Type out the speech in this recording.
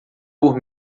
por